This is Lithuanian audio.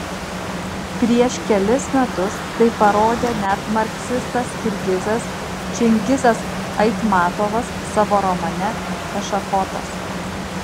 prieš kelis metus tai parodė net marksistas kirgizas čingizas aitmatovas savo romane ešafotas